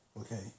Okay